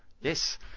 Yes